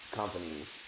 companies